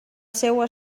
seua